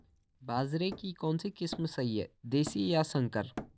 बाजरे की कौनसी किस्म सही हैं देशी या संकर?